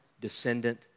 descendant